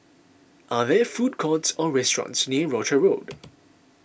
are there food courts or restaurants near Rochor Road